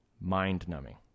mind-numbing